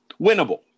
Winnable